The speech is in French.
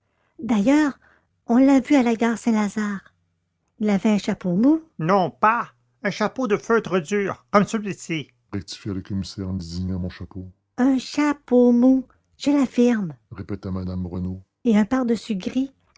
d'ailleurs on l'a vu à la gare saint-lazare il avait un chapeau mou non pas un chapeau de feutre dur comme celui-ci rectifia le commissaire en désignant mon chapeau un chapeau mou je l'affirme répéta madame renaud et un pardessus gris